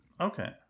Okay